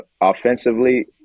offensively